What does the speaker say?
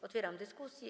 Otwieram dyskusję.